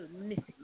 missing